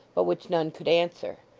but which none could answer.